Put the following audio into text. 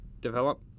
develop